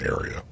area